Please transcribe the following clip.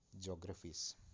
geographies